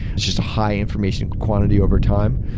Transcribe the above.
it's just a high information quantity overtime.